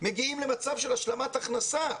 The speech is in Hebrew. מגיעים למצב של השלמת הכנסה.